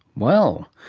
well!